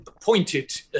pointed